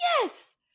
yes